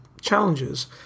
challenges